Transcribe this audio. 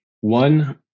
one